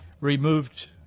removed